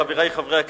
חברי חברי הכנסת,